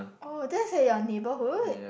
oh that's at your neighborhood